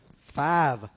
five